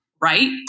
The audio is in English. right